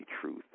truth